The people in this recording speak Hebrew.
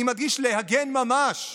אני מדגיש: להגן ממש,